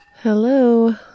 Hello